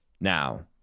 Now